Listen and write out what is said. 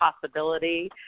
possibility